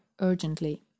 urgently